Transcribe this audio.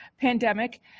pandemic